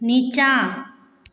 नीचाँ